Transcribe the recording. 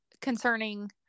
concerning